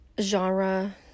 genre